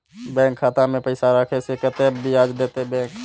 Bank खाता में पैसा राखे से कतेक ब्याज देते बैंक?